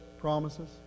promises